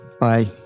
Bye